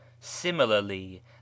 similarly